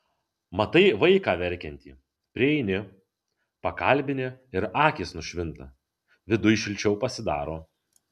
matai vaiką verkiantį prieini pakalbini ir akys nušvinta viduj šilčiau pasidaro